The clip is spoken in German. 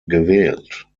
gewählt